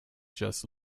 just